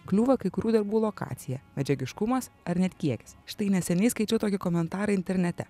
kliūva kai kurių darbų lokacija medžiagiškumas ar net kiekis štai neseniai skaičiau tokį komentarą internete